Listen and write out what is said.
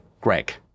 greg